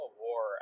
war